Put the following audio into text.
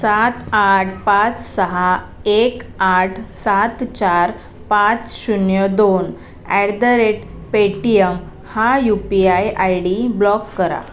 सात आठ पाच सहा एक आठ सात चार पाच शून्य दोन ॲट द रेट पेटीयम हा U P I I D block करा